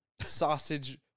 sausage